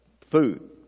Food